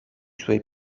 suoi